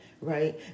right